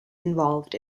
involved